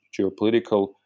geopolitical